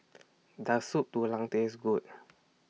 Does Soup Tulang Taste Good